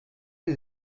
sie